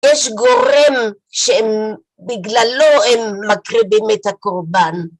יש גורם שבגללו הם מקריבים את הקורבן.